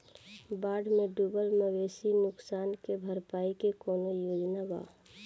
बाढ़ में डुबल मवेशी नुकसान के भरपाई के कौनो योजना वा?